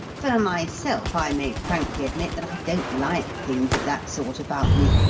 for myself, i may frankly admit that i don't like things of that sort about me.